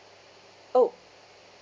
oh